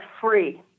free